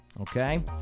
Okay